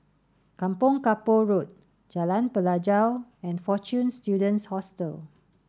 Kampong Kapor Road Jalan Pelajau and Fortune Students Hostel